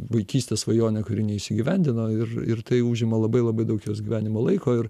vaikystės svajonę kuri neįsigyvendino ir ir tai užima labai labai daug jos gyvenimo laiko ir